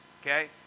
okay